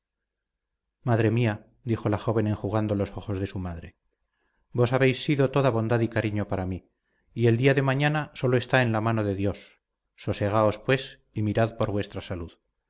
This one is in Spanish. madre mía dijo la joven enjugando los ojos de su madre vos habéis sido toda bondad y carino para mí y el día de mañana sólo está en la mano de dios sosegaos pues y mirad por vuestra salud